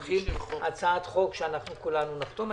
אנחנו נכין הצעת חוק שאנחנו כולנו נחתום עליה.